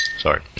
Sorry